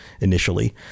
initially